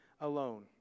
alone